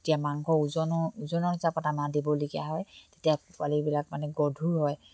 তেতিয়া মাংস ওজন ওজনৰ হিচাপত দিবলগীয়া হয় তেতিয়া পোৱালিবিলাক মানে গধূৰ হয়